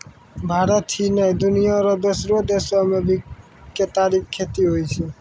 भारत ही नै, दुनिया रो दोसरो देसो मॅ भी केतारी के खेती होय छै